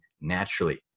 naturally